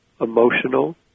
emotional